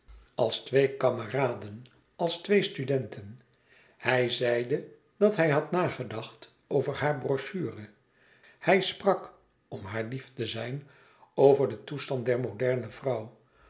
als twee kameraden als twee studenten hij zeide dat hij had nagedacht over hare brochure hij sprak om haar lief te zijn over den toestand der moderne vrouw